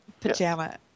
Pajama